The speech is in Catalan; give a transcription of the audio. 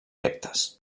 rectes